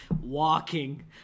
walking